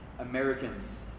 Americans